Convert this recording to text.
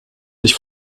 sich